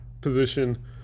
position